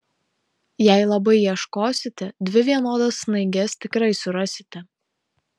jei labai ieškosite dvi vienodas snaiges tikrai surasite